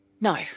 No